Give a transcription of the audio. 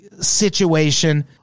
situation